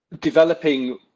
developing